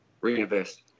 Reinvest